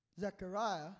Zechariah